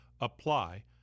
apply